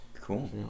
Cool